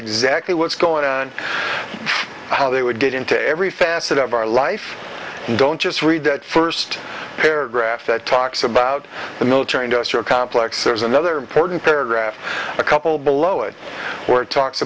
exactly what's going on how they would get into every facet of our life and don't just read that first paragraph that talks about the military industrial complex there's another important paragraph a couple below it